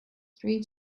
three